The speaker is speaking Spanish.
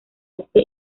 este